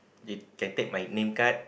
you can take my name card